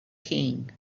king